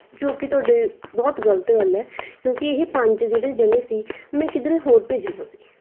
ਜੋ ਕਿ ਤੁਹਾਡੇ ਬਹੁਤ ਗਲਤ ਗੱਲ ਹੈ ਕਿਉਂਕਿ ਇਹ ਪੰਜ ਜਿਹੜੇ ਜਣੇ ਸੀ ਮੈਂ ਕਿਧਰੇ ਹੋਰ ਭੇਜਣਾ ਸੀ